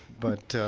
but,